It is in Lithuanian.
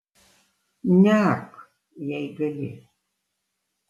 neark jei gali